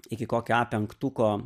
iki kokio a penktuko